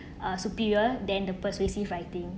uh superior than the persuasive writing